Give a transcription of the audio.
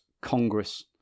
congress